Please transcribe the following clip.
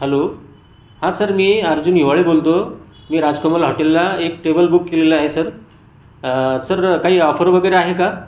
hello हा sir मी अर्जुन हिवाळे बोलतो मी राजकमल हॉटेलला एक टेबल बुक केलेला आहे सर सर काही ऑफर वगैरे आहे का